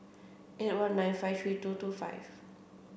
eight one nine five three two two five